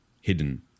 hidden